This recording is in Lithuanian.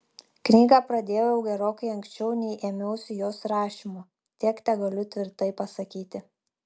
knygą pradėjau gerokai anksčiau nei ėmiausi jos rašymo tiek tegaliu tvirtai pasakyti